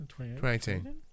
2018